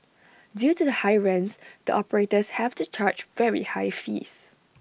due to the high rents the operators have to charge very high fees